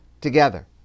together